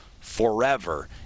forever